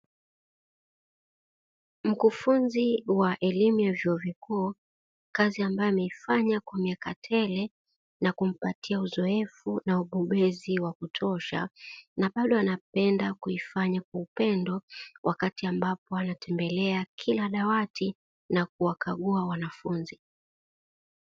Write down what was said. Mkufunzi wa elimu ya vyuo vikuu kazi ambayo ameifanya kwa miaka tele na kumpatia uzoefu na ubobezi wa kutosha, na bado anapenda kuifanya kwa upendo, wakati ambapo anatembelea kila dawati na kuwakagua wanafunzi.